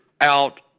out